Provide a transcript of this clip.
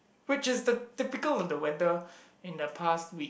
which is the typical of the weather in the past week